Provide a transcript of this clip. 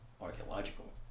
archaeological